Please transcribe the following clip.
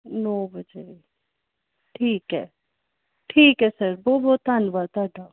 ਨੌਂ ਵਜੇ ਠੀਕ ਹੈ ਠੀਕ ਹੈ ਸਰ ਬਹੁਤ ਬਹੁਤ ਧੰਨਵਾਦ ਤੁਹਾਡਾ